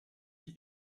qui